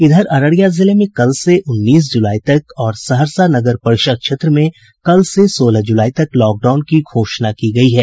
इधर अररिया जिले में कल से उन्नीस जुलाई तक और सहरसा नगर परिषद क्षेत्र में कल से सोलह जुलाई तक लॉकडाउन की घोषणा की गयी है